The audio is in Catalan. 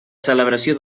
celebració